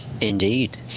Indeed